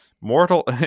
Mortal